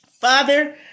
Father